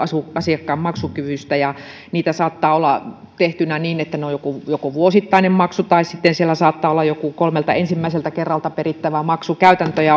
asiakkaan maksukyvystä niitä saattaa olla tehtynä niin että on joko vuosittainen maksu tai sitten siellä saattaa olla vaikka kolmelta ensimmäiseltä kerralta perittävä maksu käytäntöjä